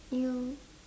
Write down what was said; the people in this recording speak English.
ya